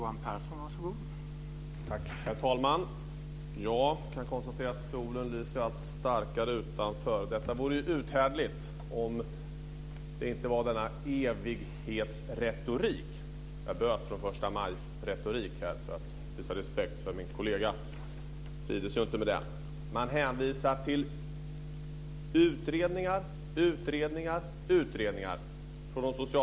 Herr talman! Jag kan konstatera att solen lyser allt starkare utanför. Detta vore ju uthärdligt om det inte var för denna evighetsretorik. Jag bytte ut ordet "förstamajretorik", för att visa respekt för min kollega, som inte trivdes med det. De socialdemokratiska företrädarna hänvisar till utredningar, utredningar, utredningar.